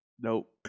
nope